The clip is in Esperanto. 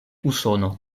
usono